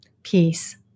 peace